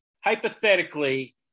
hypothetically